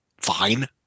fine